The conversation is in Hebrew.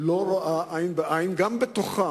לא רואה עין בעין, גם בתוכה,